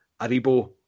Aribo